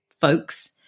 folks